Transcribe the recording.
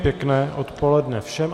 Pěkné odpoledne všem.